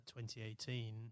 2018